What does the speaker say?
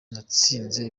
natsinze